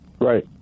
Right